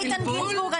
איתן גינזבורג,